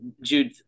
Jude